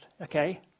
okay